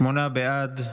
שמונה בעד,